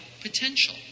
potential